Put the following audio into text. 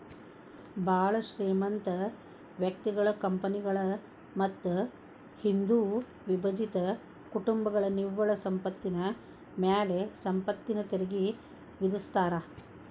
ಭಾಳ್ ಶ್ರೇಮಂತ ವ್ಯಕ್ತಿಗಳ ಕಂಪನಿಗಳ ಮತ್ತ ಹಿಂದೂ ಅವಿಭಜಿತ ಕುಟುಂಬಗಳ ನಿವ್ವಳ ಸಂಪತ್ತಿನ ಮ್ಯಾಲೆ ಸಂಪತ್ತಿನ ತೆರಿಗಿ ವಿಧಿಸ್ತಾರಾ